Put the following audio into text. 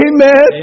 Amen